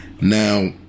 Now